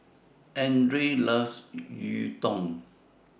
Andrae loves Gyudon